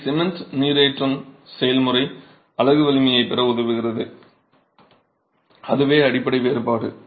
இங்கே சிமென்ட் நீரேற்றம் செயல்முறை அலகு வலிமையைப் பெற உதவுகிறது அதுவே அடிப்படை வேறுபாடு